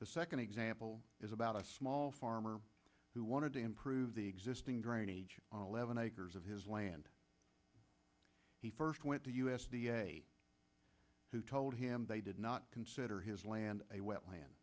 the second example is about a small farmer who wanted to improve the existing drainage eleven acres of his land he first went to u s d a who told him they didn't consider his land a wet